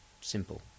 simple